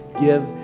give